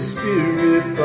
Spirit